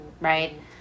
right